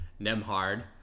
nemhard